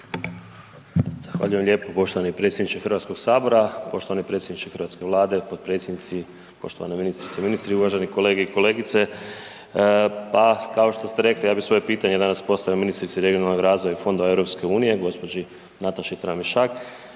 Hvala lijepo poštovani predsjedniče Hrvatskoga sabora. Poštovani predsjedniče Hrvatske Vlade, potpredsjednici, poštovana ministrice, ministri, uvaženi kolege i kolegice. Pa kao što ste rekli, ja bih svoje pitanje danas postavio ministrici regionalnog razvoja i fondova EU, gđi. Nataši Tramišak.